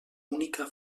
única